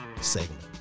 segment